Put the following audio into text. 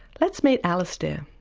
let's meet alistair.